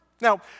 Now